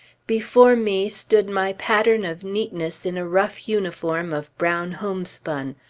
before me stood my pattern of neatness in a rough uniform of brown homespun.